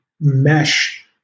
mesh